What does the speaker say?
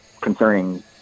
concerning